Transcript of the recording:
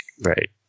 Right